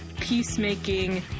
peacemaking